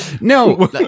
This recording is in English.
No